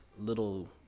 little